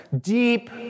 Deep